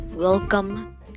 Welcome